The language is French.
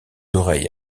oreilles